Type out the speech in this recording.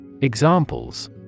Examples